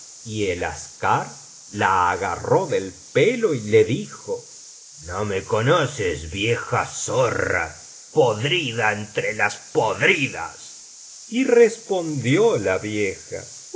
y el aschar la agarró del pelo y le dijo no me conoces vieja zorra podrida entre las podridas y respondió la vieja oh